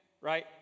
Right